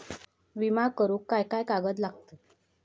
विमा करुक काय काय कागद लागतत?